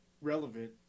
relevant